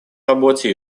работе